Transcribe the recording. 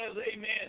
Amen